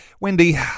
Wendy